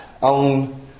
on